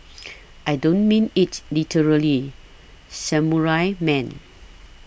I don't mean it literally Samurai man